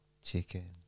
Chicken